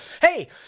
hey